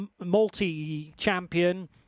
multi-champion